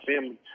family